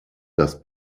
das